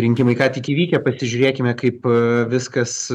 rinkimai ką tik įvykę pasižiūrėkime kaip viskas